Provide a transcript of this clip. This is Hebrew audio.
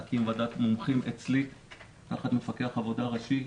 להקים ועדת מומחים אצלי תחת מפקח עבודה ראשי,